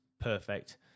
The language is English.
Perfect